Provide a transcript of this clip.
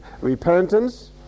repentance